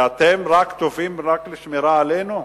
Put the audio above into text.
שאתם טובים רק לשמירה עלינו?